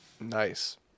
nice